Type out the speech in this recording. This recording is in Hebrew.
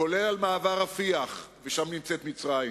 כולל על מעבר רפיח, ושם נמצאת מצרים,